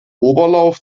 oberlauf